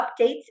updates